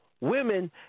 women